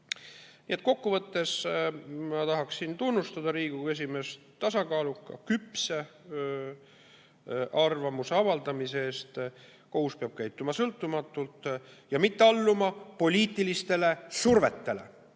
Kokku võttes ma tahan tunnustada Riigikohtu esimeest tasakaaluka ja küpse arvamuse avaldamise eest. Kohus peab käituma sõltumatult ja mitte alluma poliitilistele survetele.